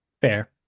Fair